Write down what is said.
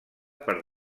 per